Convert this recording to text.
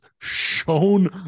shown